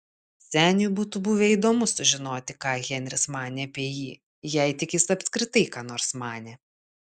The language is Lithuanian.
seniui būtų buvę įdomu sužinoti ką henris manė apie jį jei tik jis apskritai ką nors manė